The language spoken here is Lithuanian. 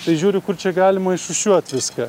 tai žiūriu kur čia galima išrūšiuoti viską